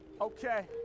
Okay